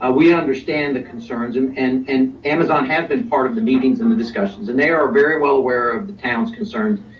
ah we understand the concerns and and and amazon has been part of the meetings and the discussions, and they are very well aware of the town's concerns.